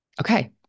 Okay